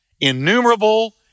innumerable